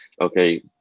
Okay